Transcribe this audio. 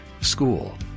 school